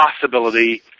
possibility